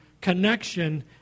connection